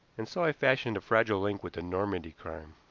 and so i fashioned a fragile link with the normandy crime.